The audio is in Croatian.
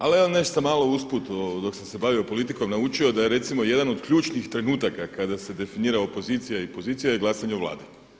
Ali evo nešto sam malo usput dok sam se bavio politikom naučio da je recimo jedan od ključnih trenutaka kada se definira opozicija i pozicija i glasanje u Vladi.